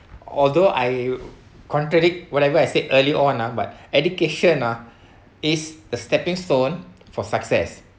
although I contradict whatever I said early on ah but education ah is a stepping stone for success